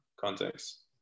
context